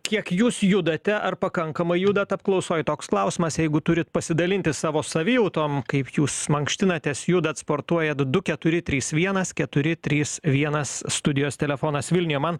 kiek jūs judate ar pakankamai judat apklausoj toks klausimas jeigu turit pasidalinti savo savijautom kaip jūs mankštinatės judat sportuojat du keturi trys vienas keturi trys vienas studijos telefonas vilniuje man